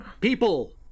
People